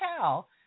tell